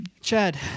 Chad